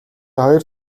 хоёр